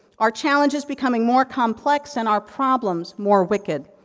our challenges becoming more complex, and our problems more wicked.